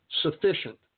sufficient